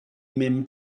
mim